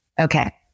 Okay